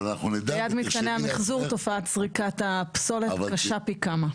אבל אנחנו נדע --- ליד מתקני המחזור תופעת זריקת הפסולת קשה פי כמה.